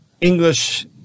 English